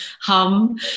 hum